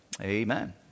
Amen